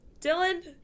Dylan